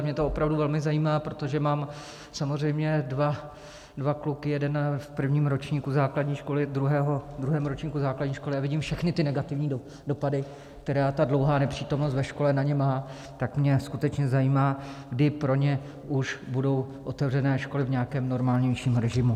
Mě to opravdu velmi zajímá, protože mám samozřejmě dva kluky jeden v prvním ročníku základní školy, druhého v druhém ročníku základní školy a vidím všechny ty negativní dopady, které ta dlouhá nepřítomnost ve škole na ně má, tak mě skutečně zajímá, kdy pro ně už budou otevřené školy v nějakém normálnějším režimu.